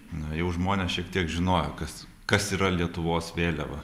na jau žmonės šiek tiek žinojo kas kas yra lietuvos vėliava